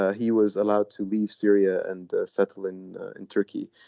ah he was allowed to leave syria and settle in in turkey.